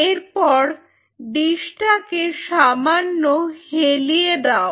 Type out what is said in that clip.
এরপর ডিসটাকে সামান্য হেলিয়ে দাও